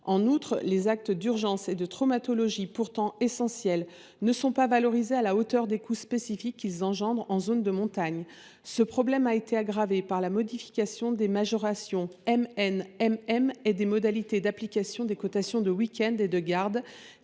En outre, les actes d’urgence et de traumatologie, pourtant essentiels, ne sont pas valorisés à la hauteur des coûts spécifiques qu’ils engendrent en zone de montagne. Ce problème a été aggravé par la modification des majorations MN, MM, et des modalités d’application des cotations de week end et de garde